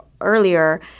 earlier